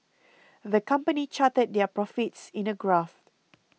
the company charted their profits in a graph